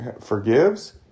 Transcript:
forgives